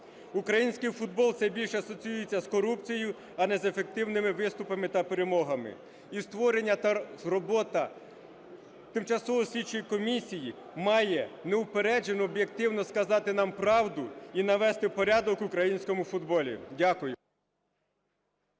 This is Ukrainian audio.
Український футбол все більше асоціюється з корупцією, а не з ефективними виступами та перемогами. І створення та робота тимчасової слідчої комісії має неупереджено об'єктивно сказати нам правду і навести порядок в українському футболі. Дякую.